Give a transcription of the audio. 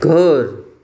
घर